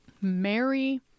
Mary